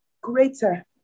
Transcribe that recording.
greater